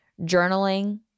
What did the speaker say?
journaling